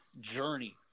journey